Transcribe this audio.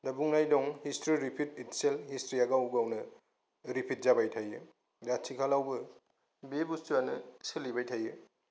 दा बुंनाय दं हिसथ्रि रिफिद इथसेलफ हिस्थ्रिया गाव गावनो रिफिद जाबाय थायो आथिखालावबो बे बुस्थुआनो सोलिबाय थायो